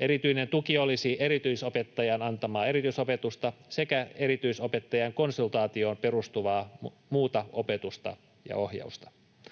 Erityinen tuki olisi erityisopettajan antamaa erityisopetusta sekä erityisopettajan konsultaatioon perustuvaa muuta opetusta ja ohjausta.